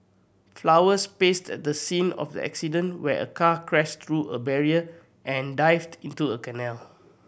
flowers placed at the scene of the accident where a car crashed through a barrier and dived into a canal